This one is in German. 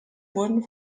wurden